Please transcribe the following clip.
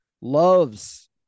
Loves